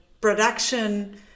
production